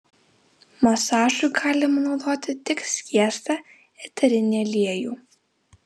masažui galima naudoti tik skiestą eterinį aliejų